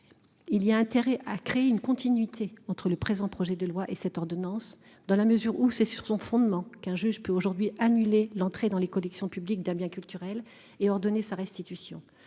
Il y a intérêt à créer une continuité entre le présent projet de loi et cette ordonnance dans la mesure où c'est sur son fondement qu'un juge peut aujourd'hui annuler l'entrée dans les collections publiques d'un bien culturel et ordonné sa restitution,